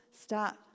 start